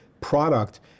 product